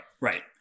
Right